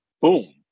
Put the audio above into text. boom